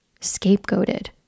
scapegoated